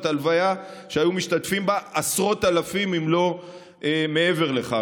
הלוויה שהיו משתתפים בה עשרות אלפים אם לא מעבר לכך,